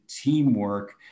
teamwork